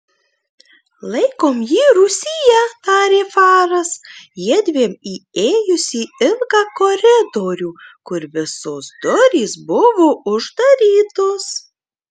laikom jį rūsyje tarė faras jiedviem įėjus į ilgą koridorių kur visos durys buvo uždarytos